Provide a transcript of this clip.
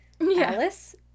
alice